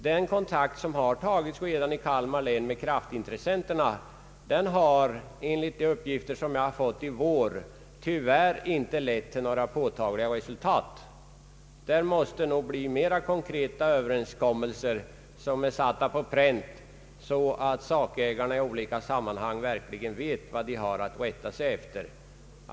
Den kontakt som redan har tagits i Kalmar län med kraftintressenterna har enligt uppgifter som jag fått under våren tyvärr inte lett till några påtagliga resultat. Härvidlag måste nog mera konkreta överenskommelser sättas på pränt, så att sakägarna verkligen vet vad de har att rätta sig efter.